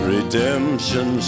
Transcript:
Redemption